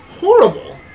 horrible